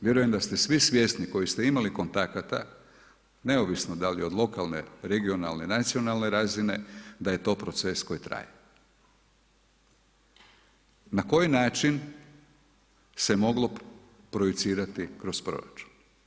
Vjerujem da ste svi svjesni koji ste imali kontakata neovisno da li od lokalne, regionalne, nacionalne razine da je to proces koji traje na koji način se moglo projicirati kroz proračun?